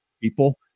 people